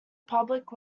public